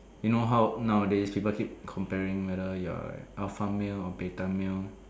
you know how nowadays people keep comparing whether you're alpha male or beta male